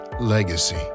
legacy